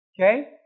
Okay